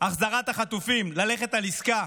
החזרת החטופים, ללכת על עסקה